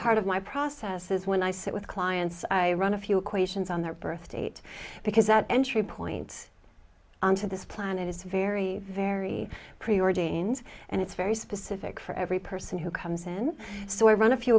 part of my process this is when i sit with clients i run a few equations on their birth date because that entry point to this planet is very very preordained and it's very specific for every person who comes in so i run a few